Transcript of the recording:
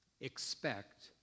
expect